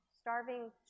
Starving